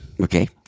Okay